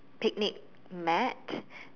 picnic mat